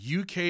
UK